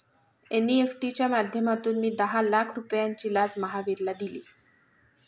NEFT च्या माध्यमातून मी दहा लाख रुपयांची लाच महावीरला दिली